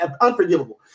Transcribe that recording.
unforgivable